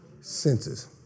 Senses